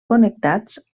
connectats